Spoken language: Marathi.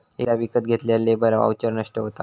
एकदा विकत घेतल्यार लेबर वाउचर नष्ट होता